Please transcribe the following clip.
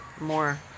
more